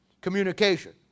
communication